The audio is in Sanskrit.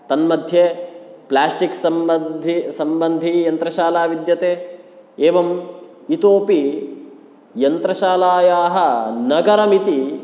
तन्मध्ये प्लास्टिक् सम्बद्धि सम्बन्धीयन्त्रशाला विद्यते एवम् इतोपि यन्त्रशालायाः नगरमिति